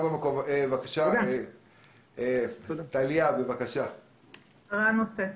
הערה נוספת.